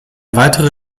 weitere